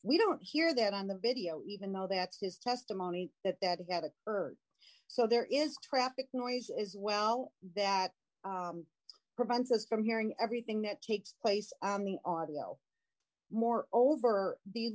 we don't hear that on the video even though that's his testimony that that he had a bird so there is traffic noise as well that prevents us from hearing everything that takes place on the on more over the